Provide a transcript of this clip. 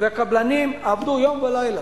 והקבלנים עבדו יום ולילה.